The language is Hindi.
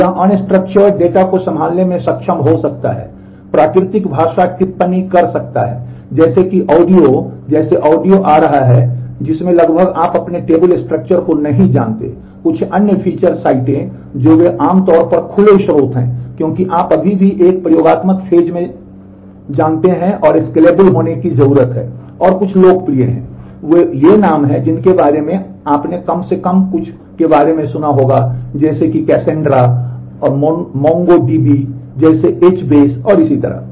यह अनस्ट्रक्चर्ड जैसे MongoDB जैसे HBase और इसी तरह